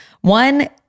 One